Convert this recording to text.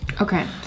Okay